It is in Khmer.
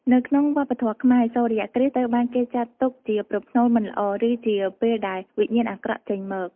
នៅក្នុងវប្បធម៌ខ្មែរ សូរ្យគ្រាសត្រូវបានគេចាត់ទុកជាប្រផ្នូលមិនល្អ ឬជាពេលដែល វិញ្ញាណអាក្រក់ ចេញមក ។